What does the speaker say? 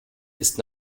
ist